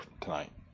tonight